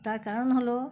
তার কারণ হলো